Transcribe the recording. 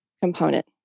component